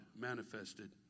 manifested